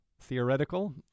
theoretical